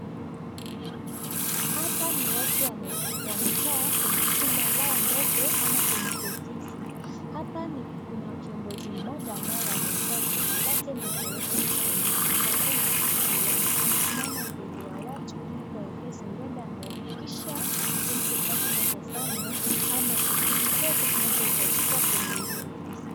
Hapa ni watu wamekaa kwenye chumba lao ndogo ama kwenye ofisi, hapa kuna kiongozi mmoja ambaye amevaa suti lake na akaweka tai na amevaa tena miwani, amesimama mbele ya watu ili kuwaeleza huenda anawahakikisha jinsi kazi inavyofanywa ama shughuli zote zinazohitajika kwenye hilo ofisi.